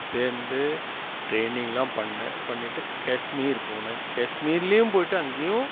சேர்ந்து ட்ரைனிங் எல்லாம் பண்ணேன் பண்ணிவிட்டு காஷ்மீர் போனேன் காஷ்மீர்லையும் போயிவிட்டு அங்கேயும்